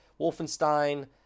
Wolfenstein